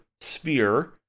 sphere